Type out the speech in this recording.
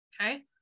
okay